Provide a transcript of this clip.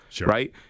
right